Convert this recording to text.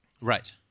Right